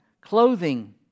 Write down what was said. clothing